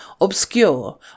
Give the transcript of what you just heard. obscure